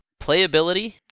Playability